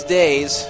days